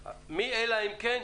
מ"אלא אם כן"